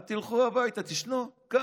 אל תלכו הביתה, תישנו כאן,